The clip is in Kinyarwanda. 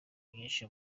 myinshi